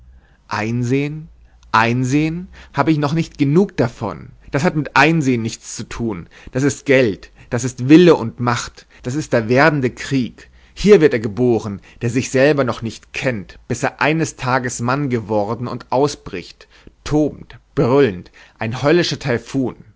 einsehn einsehn hab ich noch nicht genug davon das hat mit einsehn nichts zu tun das ist geld das ist wille und macht das ist der werdende krieg hier wird er geboren der sich selber noch nicht kennt bis er eines tages mann geworden und ausbricht tobend brüllend ein höllischer